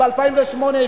ב-2008,